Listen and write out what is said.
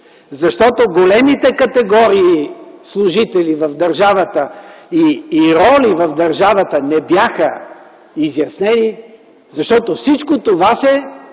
защото големите категории служители и роли в държавата не бяха изяснени. Защото всичко това се